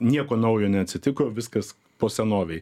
nieko naujo neatsitiko viskas po senovei